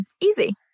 Easy